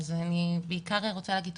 אני בעיקר רוצה לומר תודה,